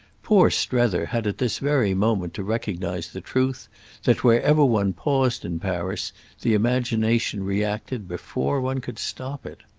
poor strether had at this very moment to recognise the truth that wherever one paused in paris the imagination reacted before one could stop it.